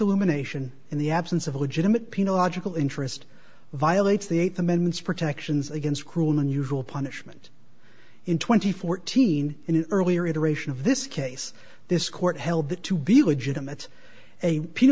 illumination in the absence of a legitimate pino logical interest violates the eighth amendment's protections against cruel and unusual punishment in twenty fourteen in an earlier iteration of this case this court held that to be legitimate a